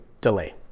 delay